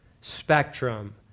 spectrum